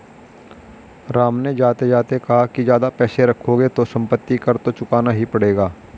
राम ने जाते जाते कहा कि ज्यादा पैसे रखोगे तो सम्पत्ति कर तो चुकाना ही पड़ेगा